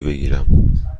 بگیرم